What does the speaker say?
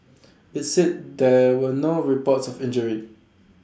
IT said there were no reports of injuries